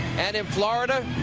and in florida,